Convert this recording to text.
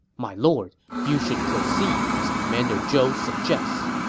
my lord, you should proceed as commander zhou suggests.